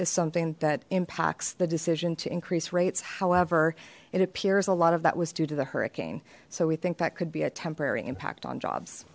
is something that impacts the decision to increase rates however it appears a lot of that was due to the hurricane so we think that could be a temporary impact on jobs